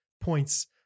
points